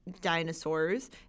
dinosaurs